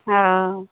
हँ